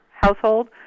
household